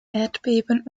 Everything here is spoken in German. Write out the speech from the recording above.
erdbeben